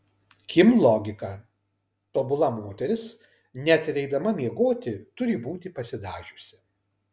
kim logika tobula moteris net ir eidama miegoti turi būti pasidažiusi